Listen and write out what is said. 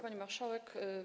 Pani Marszałek!